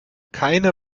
keine